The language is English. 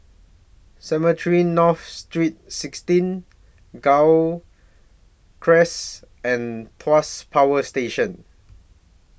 Cemetry North Street sixteen Gul Cress and Tuas Power Station